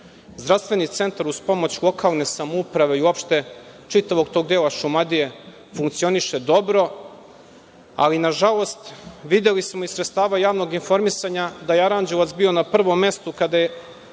Zdravstveni centar uz pomoć lokalne samouprave i uopšte čitavog tog dela Šumadije funkcioniše dobro, ali nažalost videli smo iz sredstava javnog informisanja da je Aranđelovac bio na prvom mestu kada je